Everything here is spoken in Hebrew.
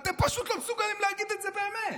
פשוט לא מסוגלים להגיד את זה באמת.